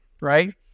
right